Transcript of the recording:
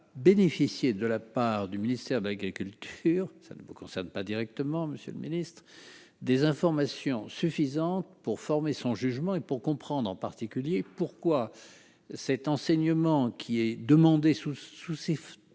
bénéficié de la part du ministère de l'Agriculture, ça ne vous concerne pas directement Monsieur le Ministre des informations suffisantes pour former son jugement et pour comprendre en particulier pourquoi cet enseignement qui est demandé sous sous